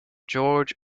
george